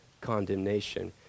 condemnation